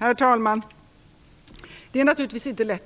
Herr talman! Det är naturligtvis inte lätt